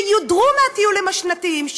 שיודרו מהטיולים השנתיים,